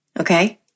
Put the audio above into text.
Okay